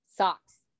Socks